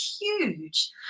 huge